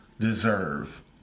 Deserve